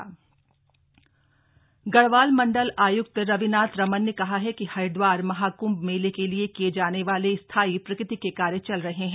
कंभ मेला बैठक गढ़वाल मण्डल आय्क्त रविनाथ रमन ने कहा है कि हरिद्वार महाकृंभ मेले के लिए किये जाने वाले स्थायी प्रकृति के कार्य चल रहे हैं